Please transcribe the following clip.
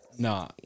No